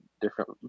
different